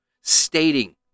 stating